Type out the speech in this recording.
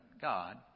God